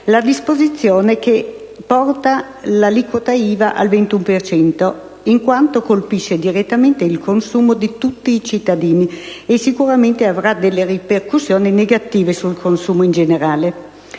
la disposizione che porta l'aliquota IVA al 21 per cento, in quanto colpisce direttamente il consumo di tutti i cittadini e sicuramente avrà ripercussioni negative sul consumo in generale.